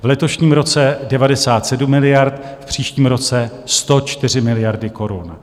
V letošním roce 97 miliard, v příštím roce 104 miliardy korun.